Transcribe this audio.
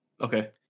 Okay